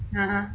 (uh huh)